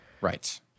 Right